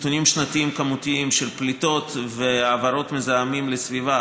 נתונים שנתיים כמותיים של פליטות והעברות מזהמים לסביבה,